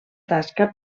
tasca